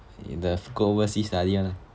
the go overseas study one ah